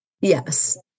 Yes